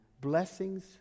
blessings